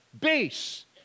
base